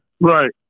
right